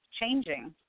changing